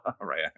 Right